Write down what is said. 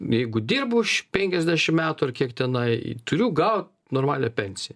jeigu dirbu už penkiasdešimt metų ar kiek tenai turiu gaut normalią pensiją